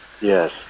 yes